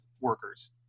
workers